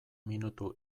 minutu